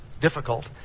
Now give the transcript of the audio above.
difficult